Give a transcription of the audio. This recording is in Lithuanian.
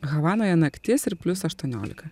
havanoje naktis ir plius aštuoniolika